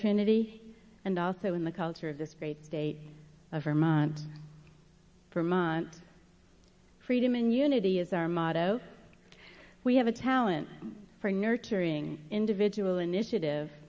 trinity and also in the culture of this great state of vermont for monts freedom and unity is our motto we have a talent for nurturing individual initiative